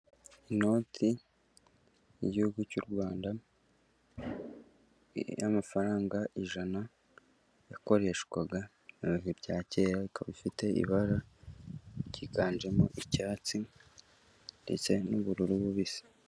Inoti y'Igihugu cy'u Rwanda y'amafaranga ijana, yakoreshwaga mu bihe bya kera, ifite ibara ryiganjemo icyatsi ndetse n'ubururu bubisi.